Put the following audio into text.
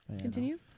continue